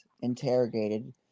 interrogated